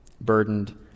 Burdened